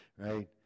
right